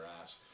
ass